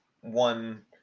one